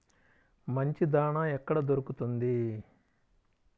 మంచి దాణా ఎక్కడ దొరుకుతుంది?